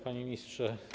Pani Ministrze!